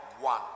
one